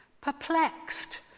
perplexed